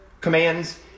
commands